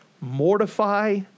Mortify